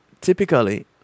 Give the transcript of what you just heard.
typically